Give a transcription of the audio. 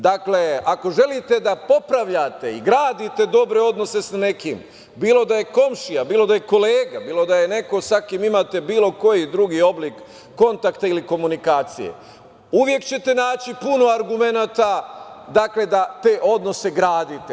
Dakle, ako želite da popravljate i gradite dobre odnose sa nekim, bilo da je komšija, bilo da je kolega, bilo da je neko sa kim imate bilo koji drugi oblik kontakta i komunikacije uvek ćete naći puno argumenata da te odnose gradite.